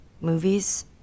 Movies